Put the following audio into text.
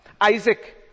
Isaac